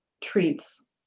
treats